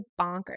bonkers